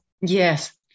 Yes